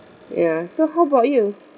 ya so how about you